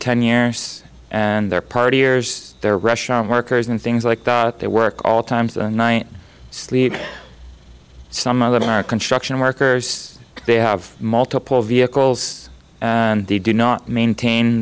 ten years and they're partiers they're russian workers and things like that they work all times and night sleep some of them are construction workers they have multiple vehicles and they do not maintain